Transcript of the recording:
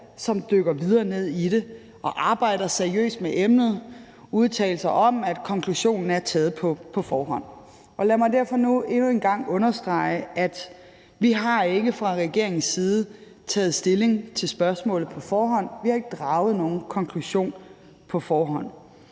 som dykker videre ned i det og arbejder seriøst med emnet – bl.a. med udtalelser om, at konklusionen er draget på forhånd. Lad mig derfor nu endnu en gang understrege, at vi ikke fra regeringens side har taget stilling til spørgsmålet på forhånd, og at vi ikke har draget nogen konklusion på forhånd.